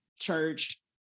church